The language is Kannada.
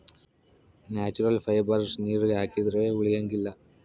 ನ್ಯಾಚುರಲ್ ಫೈಬರ್ಸ್ ನೀರಿಗೆ ಹಾಕಿದ್ರೆ ಉಳಿಯಂಗಿಲ್ಲ